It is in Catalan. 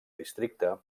districte